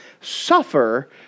Suffer